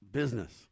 business